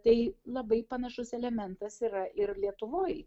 tai labai panašus elementas yra ir lietuvoj